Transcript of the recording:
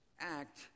act